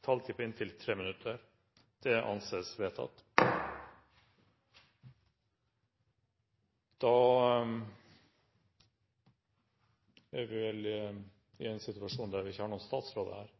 taletid på inntil 3 minutter. – Det anses vedtatt. Da er vi i den situasjon at vi ikke har noen statsråd her,